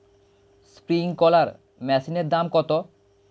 Sprinkler মেশিনের দাম কত?